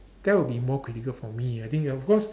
that would be more critical for me I think of course